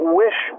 wish